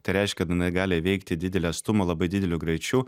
tai reiškia kad jinai gali įveikti didelį atstumą labai dideliu greičiu